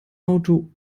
auto